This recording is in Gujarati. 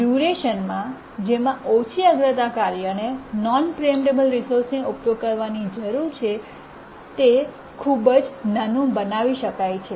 ડ્યૂરેશન જેમાં ઓછી અગ્રતા કાર્યને નોન પ્રીએમ્પટેબલ રિસોર્સને ઉપયોગ કરવાની જરૂર છે તેને સાવચેતીભર્યા પ્રોગ્રામિંગ દ્વારા ખૂબ જ નાનું બનાવી શકાય છે